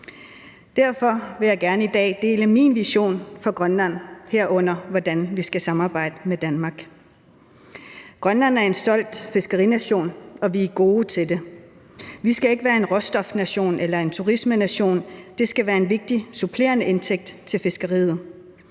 Derfor vil jeg gerne i dag dele min vision for Grønland, herunder hvordan vi skal samarbejde med Danmark. Grønland er en stolt fiskerination, og vi er gode til det. Vi skal ikke være en råstofnation eller en turismenation; det skal være en vigtig supplerende indtægt til fiskeriet,